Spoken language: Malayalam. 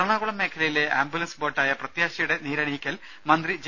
എറണാകുളം മേഖലയിലെ ആംബുലൻസ് ബോട്ടായ പ്രത്യാശയുടെ നീരണിയിക്കൽ മന്ത്രി ജെ